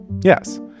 Yes